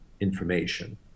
information